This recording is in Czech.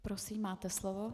Prosím, máte slovo.